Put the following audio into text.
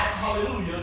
Hallelujah